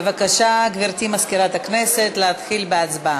בבקשה, גברתי מזכירת הכנסת, להתחיל בהצבעה.